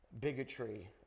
bigotry